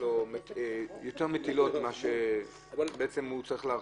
לו יותר מטילות ממה שהוא צריך להחזיק?